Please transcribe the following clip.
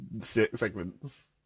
segments